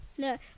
No